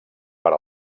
per